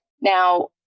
Now